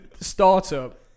Startup